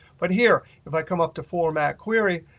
but here, if i come up to format query,